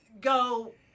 go